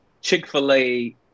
Chick-fil-A